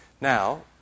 Now